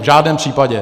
V žádném případě.